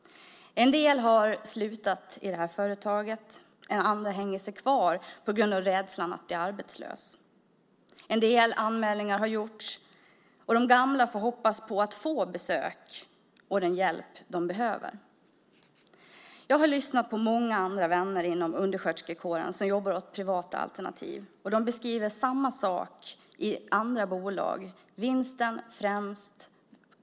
En del har slutat i det här företaget; andra hänger sig kvar av rädsla för att bli arbetslösa. En del anmälningar har gjorts. De gamla får hoppas på att få besök och den hjälp de behöver. Jag har lyssnat på många vänner inom undersköterskekåren som jobbar för privata alternativ. De beskriver samma sak i andra bolag: Vinsten främst.